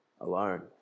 alone